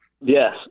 Yes